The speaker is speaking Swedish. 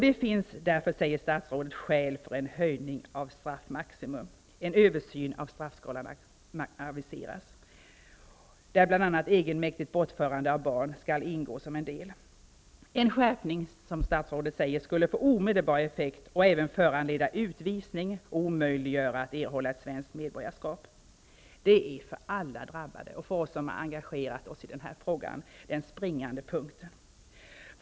Det finns därför, säger statsrådet, skäl för en höjning av straffmaximum. En översyn av straffskalan aviseras, där bl.a. egenmäktigt bortförande av barn skall ingå som en del. Det är en skärpning som statsrådet säger skulle få omedelbar effekt och även föranleda utvisning och omöjliggöra att erhålla svenskt medborgarskap. Det är för alla drabbade och för oss som engagerat oss i den här frågan den springande punkten.